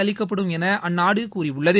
அளிக்கப்படும் என அந்நாடு கூறியுள்ளது